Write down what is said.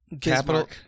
Capital